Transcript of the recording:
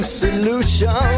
solution